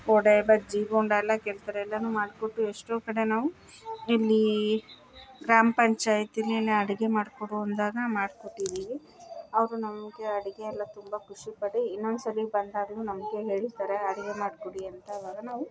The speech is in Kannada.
ವಡೆ ಬಜ್ಜಿ ಬೋಂಡ ಎಲ್ಲ ಕೇಳ್ತಾರೆ ಎಲ್ಲನೂ ಮಾಡಿಕೊಟ್ಟು ಎಷ್ಟೋ ಕಡೆ ನಾವು ಇಲ್ಲಿ ಗ್ರಾಮ ಪಂಚಾಯತ್ ಅಡುಗೆ ಮಾಡಿಕೊಡು ಅಂದಾಗ ಮಾಡಿಕೊಟ್ಟಿದ್ದೀವಿ ಅವರು ನಮಗೆ ಅಡುಗೆ ಎಲ್ಲ ತುಂಬ ಖುಷಿ ಪಡಿ ಇನ್ನೊಂದ್ಸಲಿ ಬಂದಾಗಲೂ ನಮಗೆ ಹೇಳಿರ್ತಾರೆ ಅಡುಗೆ ಮಾಡಿಕೊಡಿ ಅಂತ ಅವಾಗ ನಾವು